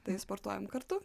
tai sportuojam kartu